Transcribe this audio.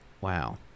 wow